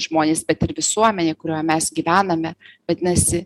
žmonės bet ir visuomenė kurioje mes gyvename vadinasi